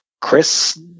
Chris